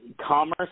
commerce